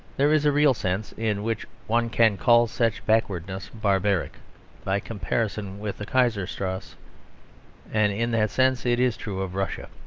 there is a real sense in which one can call such backwardness barbaric by comparison with the kaiserstrasse and in that sense it is true of russia.